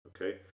Okay